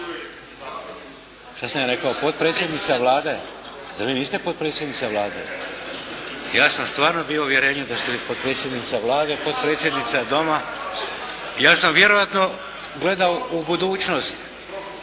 Šta sam ja rekao potpredsjednica Vlade? … /Upadica se ne čuje./ … Vi niste potpredsjednica Vlade? Ja sam stvarno bio u uvjerenju da ste vi potpredsjednica Vlade. Potpredsjednica Doma, ja sam vjerojatno gledao u budućnsot.